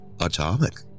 Atomic